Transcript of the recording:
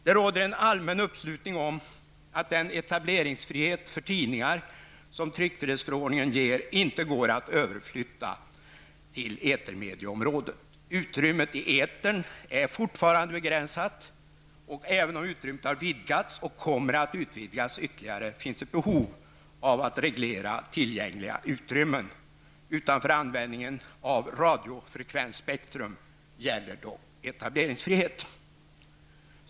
Det råder en allmän uppslutning omkring uppfattningen att den etableringsfrihet för tidningar som tryckfrihetsförordningen ger inte går att överflytta till etermedieområdet. Utrymmet i etern är fortfarande begränsat, och även om utrymmet har vidgats och kommer att utvidgas ytterligare finns ett behov av att reglera tillgängliga utrymmen. Utanför användningen av radiofrekvensspektrum gäller dock etableringsfrihet.